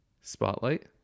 Spotlight